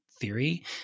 theory